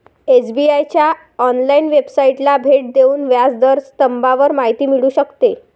SBI च्या online वेबसाइटला भेट देऊन व्याज दर स्तंभावर माहिती मिळू शकते